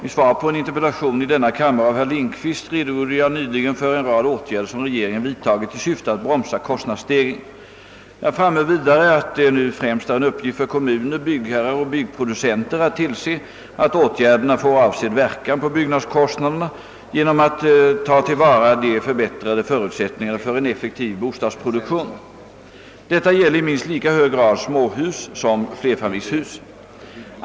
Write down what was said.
I svar på en interpellation i denna kammare av herr Lindkvist redogjorde jag nyligen för en rad åtgärder som regeringen vidtagit i syfte att bromsa kostnadsstegringen. Jag framhöll vidare att det nu främst är en uppgift för kommuner, byggherrar och byggproducenter att tillse att åtgärderna får avsedd verkan på byggnadskostnaderna genom att ta till vara de förbättrade förutsättningarna för en effektiv bostadsproduktion. Detta gäller i minst lika hög grad småhus som flerfamiljshus.